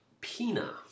Pina